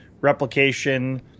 replication